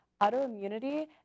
autoimmunity